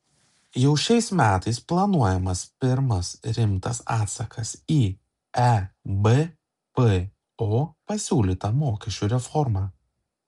jau šiais metais planuojamas pirmas rimtas atsakas į ebpo pasiūlytą mokesčių reformą